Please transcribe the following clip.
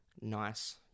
Nice